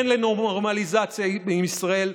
כן לנורמליזציה עם ישראל.